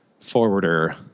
forwarder